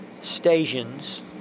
stations